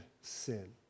sin